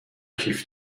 کیف